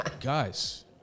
guys